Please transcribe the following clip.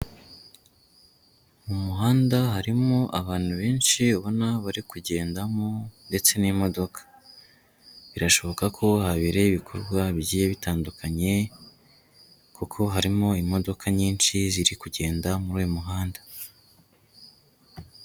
Mu muhanda harimo abantu benshi ubona bari kugendamo ndetse n'imodoka, birashoboka ko habere ibikorwa bigiye bitandukanye kuko harimo imodoka nyinshi ziri kugenda muri uyu muhanda.